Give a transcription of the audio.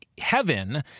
heaven